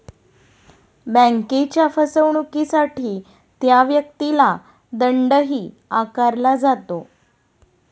बँकेच्या फसवणुकीसाठी त्या व्यक्तीला दंडही आकारला जातो